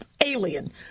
alien